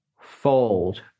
Fold